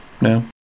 no